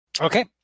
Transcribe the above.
Okay